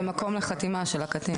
ומקום לחתימה של הקטין.